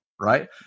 right